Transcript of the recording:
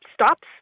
stops